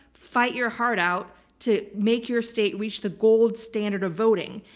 fight your heart out to make your state reach the gold standard of voting.